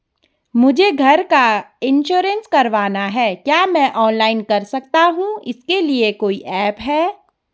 मुझे घर का इन्श्योरेंस करवाना है क्या मैं ऑनलाइन कर सकता हूँ इसके लिए कोई ऐप है?